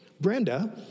Brenda